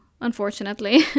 unfortunately